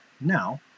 now